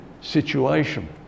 situation